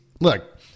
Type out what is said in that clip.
look